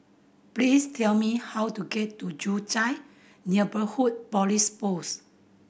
please tell me how to get to Joo Chiat Neighbourhood Police Post